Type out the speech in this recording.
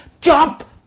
Jump